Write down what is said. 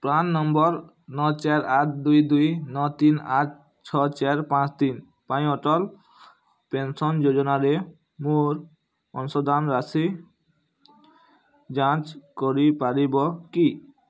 PRAN number ନଅ ଚାରି ଆଠ ଦୁଇ ଦୁଇ ନଅ ତିନି ଆଠ ଛଅ ଚାରି ପାଞ୍ଚ ତିନି ପାଇଁ ଅଟଲ ପେନ୍ସନ୍ ଯୋଜନାରେ ମୋର ଅଂଶଦାନ ରାଶି ଯାଞ୍ଚ୍ କରିପାରିବ କି